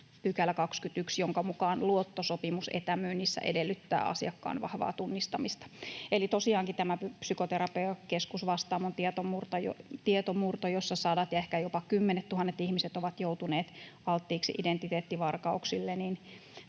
pykälä, 21 §, jonka mukaan luottosopimus etämyynnissä edellyttää asiakkaan vahvaa tunnistamista. Eli tosiaankin tämä Psykoterapiakeskus Vastaamon tietomurto, jossa sadat ja ehkä jopa kymmenettuhannet ihmiset ovat joutuneet alttiiksi identiteettivarkauksille,